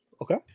Okay